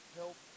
help